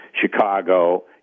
Chicago